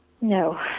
No